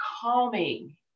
calming